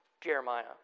Jeremiah